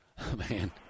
man